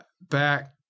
back